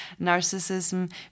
narcissism